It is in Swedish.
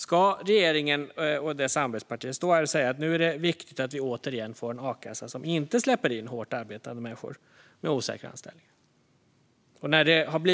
Ska regeringen och dess samarbetspartier stå här och säga att nu är det viktigt att vi återigen får en a-kassa som inte släpper in hårt arbetande människor med osäkra anställningar?